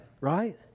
Right